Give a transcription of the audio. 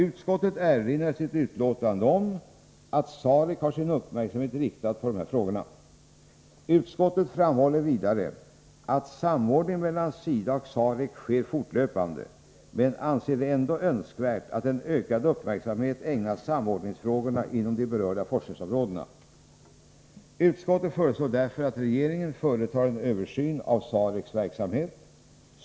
Utskottet erinrar i sitt betänkande om att SAREC har sin uppmärksamhet riktad på dessa frågor. Utskottet framhåller vidare att samordning mellan SIDA och SAREC sker fortlöpande men anser det ändå önskvärt att en ökad uppmärksamhet ägnas samordningsfrågorna inom de berörda forskningsområdena. Utskottet föreslår därför att regeringen företar en översyn av SAREC:s verksamhet.